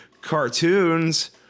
Cartoons